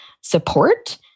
support